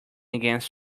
against